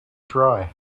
dry